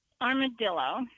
armadillo